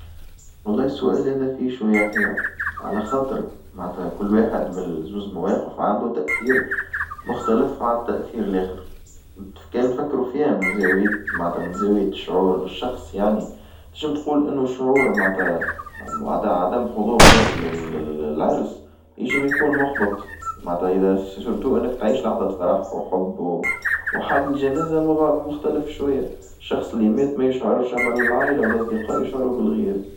والله السؤال هذا فيه شوية حيرة، على خاطري معناتها كل واحد بالذوس مواقف عندو تأثيرمختلف على التأثير الآخر، كان نفكرو فيها من زاوية معنتها من زاوية شعور شخص يعني، تنجم تقول إنو شعور معنتها عدم حضور ناس للعرس نجم يكون محبط معنتا سورتو إنك تعيش لحظة فرح وحب ، وحالة الجنازة الوظع مختلف شوية الشخص اللي مات ما يشعرش أما العائلة و الأصدقاء يشعروا بالغياب.